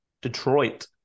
Detroit